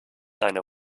eine